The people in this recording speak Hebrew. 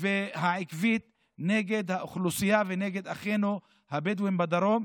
והעקבית נגד האוכלוסייה ונגד אחינו הבדואים בדרום,